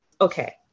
Okay